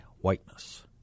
whiteness